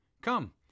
Come